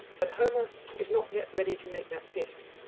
but homer is not yet ready to make that gift